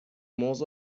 موز